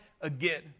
Again